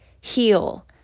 heal